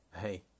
Hey